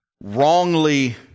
wrongly